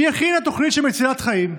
היא הכינה תוכנית שהיא מצילת חיים.